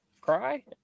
Cry